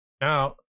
Now